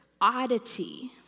oddity